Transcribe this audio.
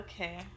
okay